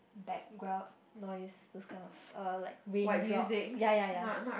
background noise those kind of uh like raindrops ya ya ya